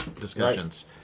discussions